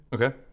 Okay